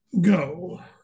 go